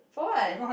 for [what]